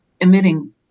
emitting